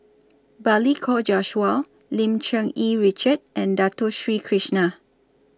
Balli Kaur Jaswal Lim Cherng Yih Richard and Dato Sri Krishna